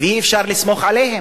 ואי-אפשר לסמוך עליהם,